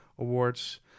Awards